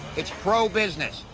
its pro-business,